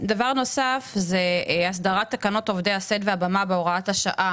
דבר נוסף זה הסדרת תקנות עובדי הסד והבמה בהוראת השעה,